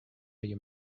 you